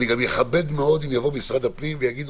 גם אכבד מאוד אם יבוא משרד הפנים ויגיד: